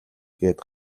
гээд